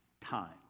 time